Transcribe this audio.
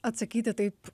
atsakyti taip